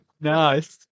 Nice